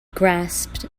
grasped